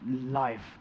life